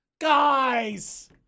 Guys